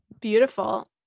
beautiful